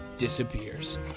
disappears